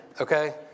okay